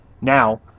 now